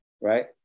right